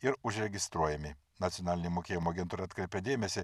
ir užregistruojami nacionalinė mokėjimo agentūra atkreipia dėmesį